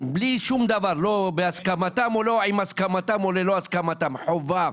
עם הסכמתם או ללא הסכמתם; חובה,